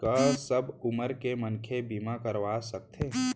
का सब उमर के मनखे बीमा करवा सकथे?